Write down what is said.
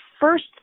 first